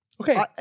Okay